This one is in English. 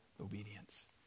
obedience